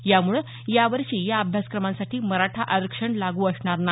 यामुळे यावर्षी या अभ्यासक्रमांसाठी मराठा आरक्षण लागू असणार नाही